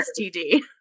STD